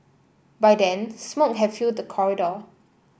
by then smoke have filled the corridor